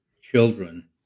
children